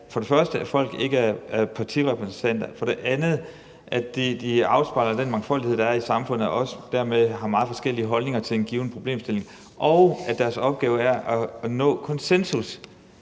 for det første, at folk ikke er partirepræsentanter, for det andet, at de afspejler den mangfoldighed, der er i samfundet, og dermed også har meget forskellige holdninger til en given problemstilling, og for det tredje, at deres opgave er at nå konsensus.